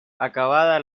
acabada